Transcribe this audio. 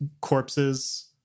corpses